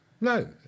No